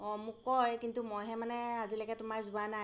অঁ মোক কয় কিন্তু মইহে মানে আজিলৈকে তোমাৰ যোৱা নাই